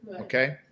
okay